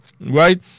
right